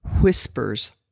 whispers